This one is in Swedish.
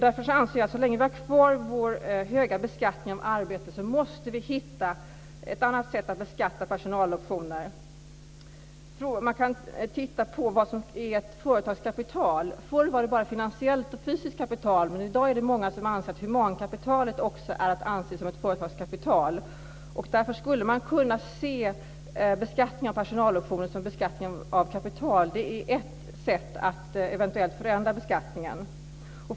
Därför anser jag att så länge vi har kvar vår höga beskattning av arbete måste vi hitta ett annat sätt att beskatta personaloptioner. Man kan titta på ett företags kapital. Förr fanns det bara finansiellt och fysiskt kapital, men i dag är det många som anser att humankapitalet också är att anse som ett företagskapital. Därför skulle man kunna se beskattning av personaloptioner som beskattning av kapital. Det är ett sätt att eventuellt förändra beskattningen.